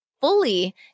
fully